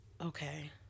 Okay